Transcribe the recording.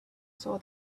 saw